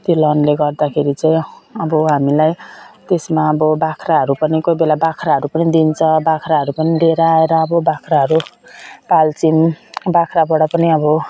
त्यो लोनले गर्दाखेरि चाहिँ अब हामीलाई त्यसमा अब बाख्राहरू पनि कोही बेला बाख्राहरू पनि दिन्छ बाख्राहरू पनि लिएर आएर अब बाख्राहरू पाल्छौँ बाख्राबाट पनि अब